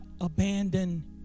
abandon